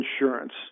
insurance